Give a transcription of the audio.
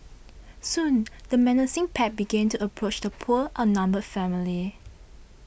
soon the menacing pack began to approach the poor outnumbered family